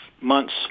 months